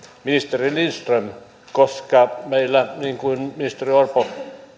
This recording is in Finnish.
ministeri lindström koska meillä niin kuin ministeri orpo